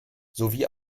sowie